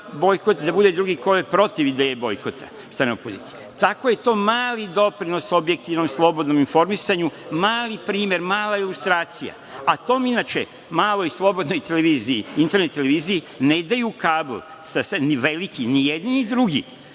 da bude drugi koji je protiv ideje bojkota od strane opozicije. Tako je mali doprinos o objektivnom i slobodnom informisanju, mali primer, mala ilustracija. A toj, inače, maloj i slobodnoj televiziji, internet televiziji ne daju kabl sa sednica, ni veliki, ni jedni ni drugi,